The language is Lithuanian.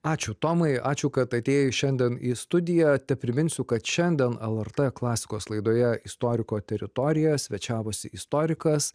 ačiū tomai ačiū kad atėjai šiandien į studiją tepriminsiu kad šiandien lrt klasikos laidoje istoriko teritorija svečiavosi istorikas